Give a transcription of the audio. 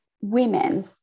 women